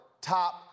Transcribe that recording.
top